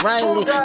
Riley